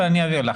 אבל אעביר לך.